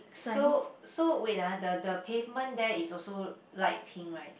so so wait ah the the pavement there is also light pink right